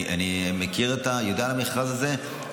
אני מכיר, ויודע על המכרז הזה.